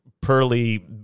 pearly